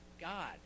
God